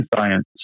science